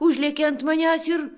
užlėkė ant manęs ir